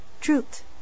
Truth